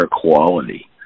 quality